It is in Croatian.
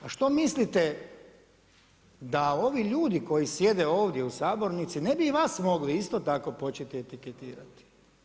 A što mislite, da ovi ljudi koji sjede ovdje u sabornici ne bi vas moli isto tako početi etiketirati.